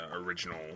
original